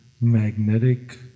magnetic